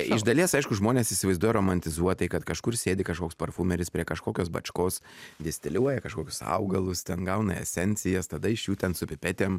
iš dalies aišku žmonės įsivaizduoja romantizuotai kad kažkur sėdi kažkoks parfumeris prie kažkokios bačkos distiliuoja kažkokius augalus ten gauna esencijas tada iš jų ten su pipetėm